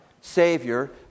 Savior